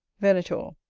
venator.